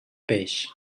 peix